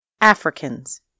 Africans